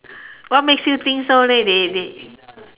what makes you think so leh they they